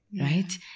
right